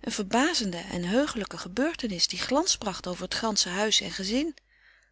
een verbazende en heuchelijke gebeurtenis die glans bracht over t gansche huis en gezin